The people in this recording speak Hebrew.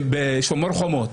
בשומר החומות,